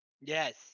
Yes